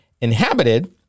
inhabited